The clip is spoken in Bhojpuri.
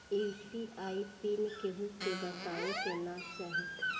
यू.पी.आई पिन केहू के बतावे के ना चाही